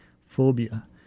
phobia